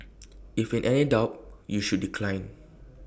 if in any doubt you should decline